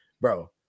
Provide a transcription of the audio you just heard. bro